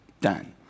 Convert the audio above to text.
done